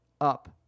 up